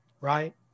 right